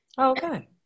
okay